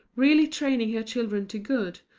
really training her children to good,